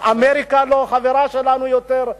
אמריקה לא חברה שלנו יותר,